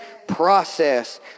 process